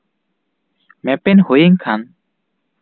ᱢᱮᱯᱮᱱ ᱦᱩᱭᱮᱱ ᱠᱷᱟᱱ